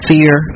Fear